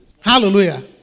Hallelujah